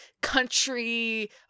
country